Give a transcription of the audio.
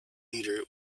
leader